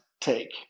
take